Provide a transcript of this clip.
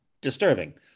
disturbing